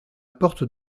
porte